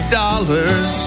dollars